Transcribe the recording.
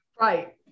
right